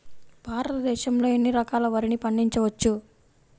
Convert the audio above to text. భారతదేశంలో ఎన్ని రకాల వరిని పండించవచ్చు